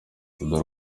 dore